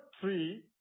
three